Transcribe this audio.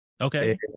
Okay